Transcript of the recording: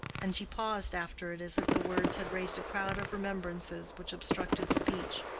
and she paused after it as if the words had raised a crowd of remembrances which obstructed speech.